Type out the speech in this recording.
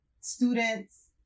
students